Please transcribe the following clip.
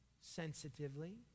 sensitively